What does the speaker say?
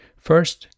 First